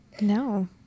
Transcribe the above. No